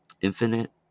infinite